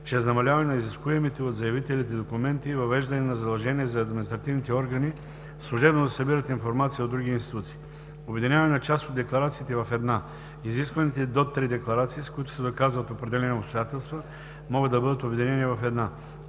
- намаляване на изискуемите от заявителите документи и въвеждане на задължение за административните органи служебно да събират информация от други институции; - обединяване на част от декларациите в една - изискваните до три декларации, с които се доказват определени обстоятелства, могат да бъдат обединени в една;